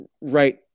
right